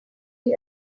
die